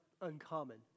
uncommon